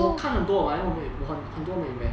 我看很多 but then 我没我很多没有 invest